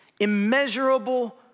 immeasurable